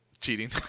cheating